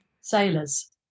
sailors